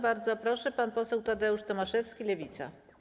Bardzo proszę, pan poseł Tadeusz Tomaszewski, Lewica.